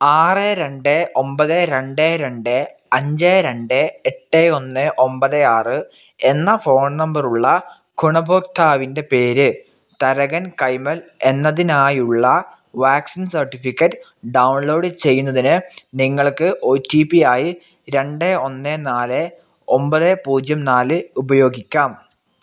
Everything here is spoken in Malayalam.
ആറ് രണ്ട് ഒൻപത് രണ്ട് രണ്ട് അഞ്ച് രണ്ട് എട്ട് ഒന്ന് ഒൻപത് ആറ് എന്ന ഫോൺ നമ്പറുള്ള ഗുണഭോക്താവിൻ്റെ പേര് തരകൻ കൈമൾ എന്നതിനായുള്ള വാക്സിൻ സർട്ടിഫിക്കറ്റ് ഡൗൺലോഡ് ചെയ്യുന്നതിന് നിങ്ങൾക്ക് ഒ ടി പി ആയി രണ്ട് ഒന്ന് നാല് ഒൻപത് പൂജ്യം നാല് ഉപയോഗിക്കാം